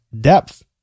depth